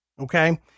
Okay